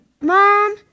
Mom